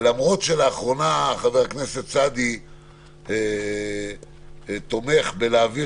ולמרות שלאחרונה חבר הכנסת סעדי תומך בלהעביר